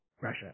Russia